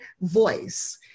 voice